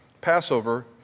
Passover